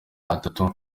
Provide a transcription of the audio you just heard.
atatu